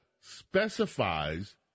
specifies